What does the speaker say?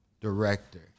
Director